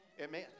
Amen